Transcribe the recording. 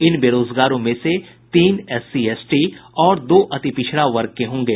इन बेरोजगारों में से तीन एससी एसटी और दो अति पिछड़ा वर्ग के होंगे